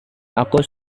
aku